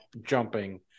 jumping